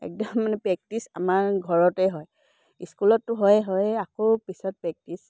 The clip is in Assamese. একদম মানে প্ৰেক্টিছ আমাৰ ঘৰতে হয় ইস্কুলততো হয় হয় আকৌ পিছত প্ৰেক্টিছ